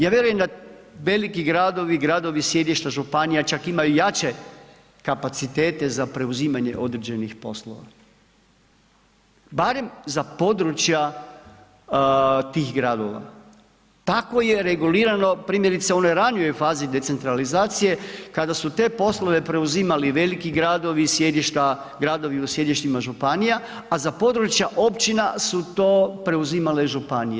Ja vjerujem da veliki gradovi, gradovi sjedišta županija čak imaju jače kapacitet za preuzimanje određenih poslova, barem za područja tih gradova, tako je regulirano primjerice u onoj ranijoj fazi decentralizacije kad asu te poslove preuzimali veliki gradovi i sjedišta, gradovi u sjedištima županija, a za područja općina su to preuzimale županije.